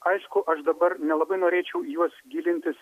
aišku aš dabar nelabai norėčiau į juos gilintis